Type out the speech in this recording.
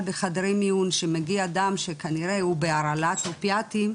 בחדרי מיון שמגיע אדם שכנראה הוא בהרעלת אופיאטים,